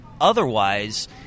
Otherwise